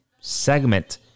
segment